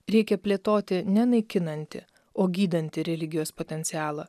reikia plėtoti ne naikinantį o gydantį religijos potencialą